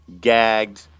gagged